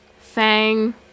Fang